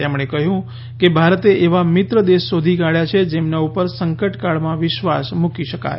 તેમણે કહ્યું કે ભારતે એવા મિત્ર દેશ શોધી કાઢ્યા છે જેમના ઉપર સંકટકાળમાં વિશ્વાસ મૂકી શકાય